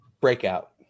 Breakout